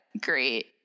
great